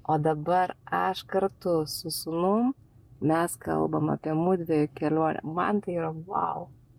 o dabar aš kartu su sūnum mes kalbam apie mudviejų kelionę man tai yra vau